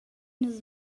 nus